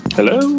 Hello